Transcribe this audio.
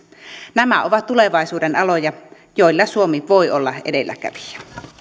nämä ovat tulevaisuuden aloja joilla suomi voi olla edelläkävijä